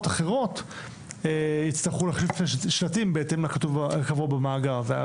אחרות יצטרכו להחליף שלטים בהתאם לקבוע במאגר.